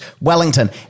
Wellington